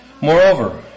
Moreover